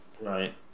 right